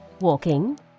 walking